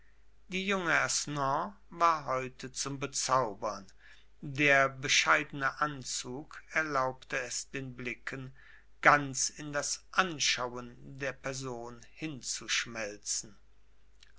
die junge aisnon war heute zum bezaubern der bescheidene anzug erlaubte es den blicken ganz in das anschauen der person hinzuschmelzen